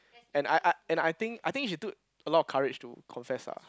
and I I and I think I think she took a lot of courage to confess ah